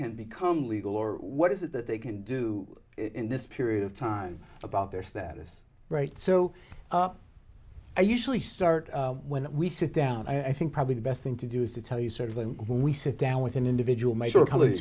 can become legal or what is it that they can do in this period of time about their status right so i usually start when we sit down i think probably the best thing to do is to tell you sort of when we sit down with an individual major color